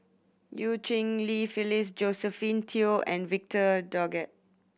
Eu Cheng Li Phyllis Josephine Teo and Victor Doggett